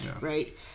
right